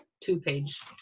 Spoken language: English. two-page